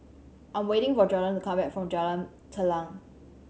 I'm waiting for Jorden to come back from Jalan Telang